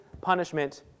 punishment